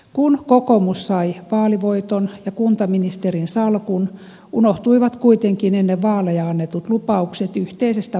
kun kokoomus sai vaalivoiton ja kuntaministerin salkun unohtuivat kuitenkin ennen vaaleja annetut lupaukset yhteisestä valmistelusta